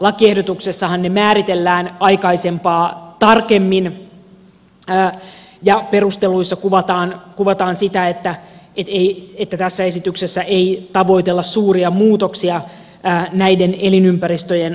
lakiehdotuksessahan ne määritellään aikaisempaa tarkemmin ja perusteluissa kuvataan sitä että tässä esityksessä ei tavoitella suuria muutoksia näiden elinympäristöjen osalta